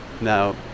now